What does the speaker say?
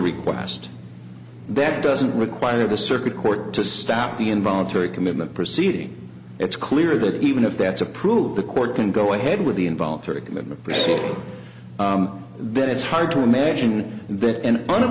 request that doesn't require the circuit court to stop the involuntary commitment proceeding it's clear that even if that's approved the court can go ahead with the involuntary commitment proceeding then it's hard to imagine that an